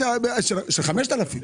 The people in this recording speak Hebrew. של 5,000 שקלים.